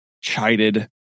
chided